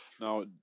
Now